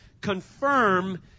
confirm